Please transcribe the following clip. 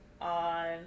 on